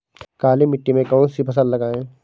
काली मिट्टी में कौन सी फसल लगाएँ?